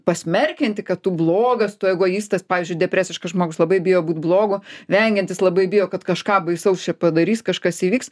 pasmerkiantį kad tu blogas tu egoistas pavyzdžiui depresiškas žmogus labai bijo būt blogu vengiantis labai bijo kad kažką baisaus čia padarys kažkas įvyks